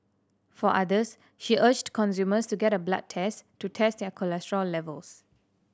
for others she urged consumers to get a blood test to test their cholesterol levels